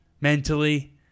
mentally